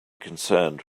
concerned